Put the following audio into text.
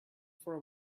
for